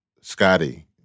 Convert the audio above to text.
Scotty